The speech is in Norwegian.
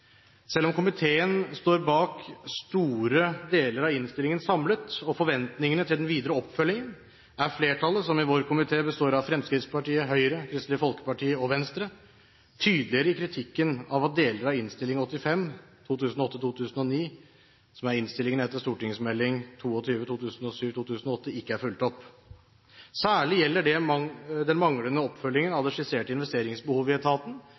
Selv om komiteen står bak store deler av innstillingen samlet, og forventningene til den videre oppfølgingen, er flertallet, som i vår komité består av Fremskrittspartiet, Høyre, Kristelig Folkeparti og Venstre, tydeligere i kritikken av at deler av Innst. S. nr. 85 for 2008–2009, som er innstillingen til St.meld. nr. 22 for 2007–2008, ikke er fulgt opp. Særlig gjelder det den manglende oppfølgingen av det skisserte investeringsbehovet i etaten